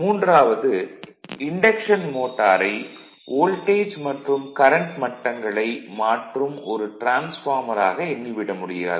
மூன்றாவது இன்டக்ஷன் மோட்டரை வோல்டேஜ் மற்றும் கரண்ட் மட்டங்களை மாற்றும் ஒரு டிரான்ஸ்பார்மராக எண்ணி விட முடியாது